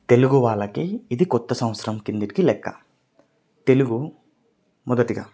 తెలుగు వాళ్ళకి ఇది కొత్త సంవత్సరం క్రిందకి లెక్క తెలుగు మొదటిగా